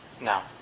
now